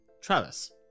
Travis